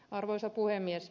arvoisa puhemies